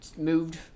moved